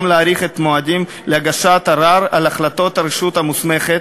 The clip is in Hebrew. להאריך את המועדים להגשת ערר על החלטת הרשות המוסמכת.